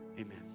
amen